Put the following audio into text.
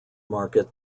market